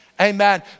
amen